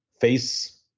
face